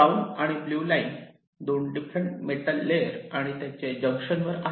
brown आणि blue line 2 different metal layer आणि त्यांचे जंक्शन वर आहेत